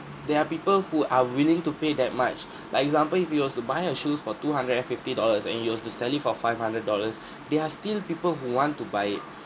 there are people who are willing to pay that much like example if he was to buy uh shoes for two hundred and fifty dollars and he was to sell it for five hundred dollars there are still people who want to buy it